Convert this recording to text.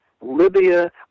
Libya